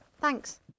Thanks